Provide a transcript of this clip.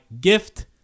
gift